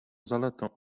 zaletą